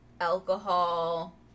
alcohol